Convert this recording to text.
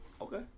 Okay